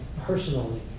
personally